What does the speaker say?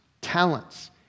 talents